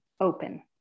open